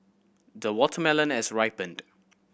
the watermelon has ripened